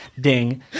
ding